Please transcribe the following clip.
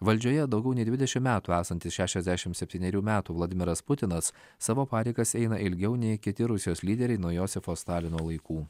valdžioje daugiau nei dvidešimt metų esantis šešiasdešimt septynerių metų vladimiras putinas savo pareigas eina ilgiau nei kiti rusijos lyderiai nuo josifo stalino laikų